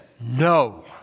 no